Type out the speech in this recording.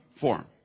form